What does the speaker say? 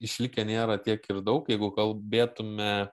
išlikę nėra tiek ir daug jeigu kalbėtume